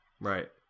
Right